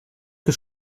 que